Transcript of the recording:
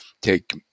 take